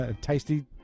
Tasty